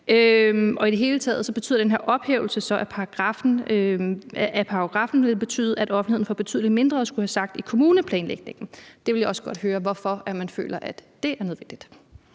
Og i det hele taget betyder den her ophævelse af paragraffen så, at offentligheden får betydelig mindre at skulle have sagt i kommuneplanlægningen. Jeg vil også godt høre, hvorfor man føler, at det er nødvendigt.